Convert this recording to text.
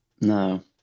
No